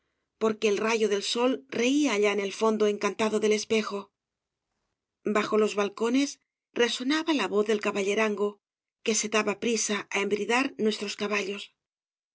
porque el rayo del sol reía allá en el fondo encantado del espejo bajo los balcones resonaba la voz del caballerango que se daba prisa á embridar nuestros caballos